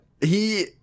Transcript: he-